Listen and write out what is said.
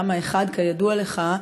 תמ"א 1. כידוע לך,